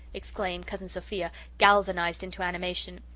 exclaimed cousin sophia, galvanized into animation.